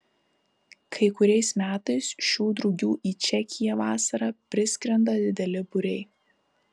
kai kuriais metais šių drugių į čekiją vasarą priskrenda dideli būriai